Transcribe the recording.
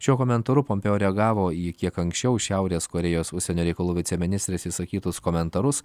šiuo komentaru pompėjo reagavo į kiek anksčiau šiaurės korėjos užsienio reikalų viceministrės išsakytus komentarus